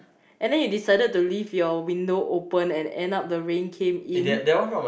and then you decided to leave your window open and end up the rain came in